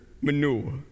manure